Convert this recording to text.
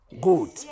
good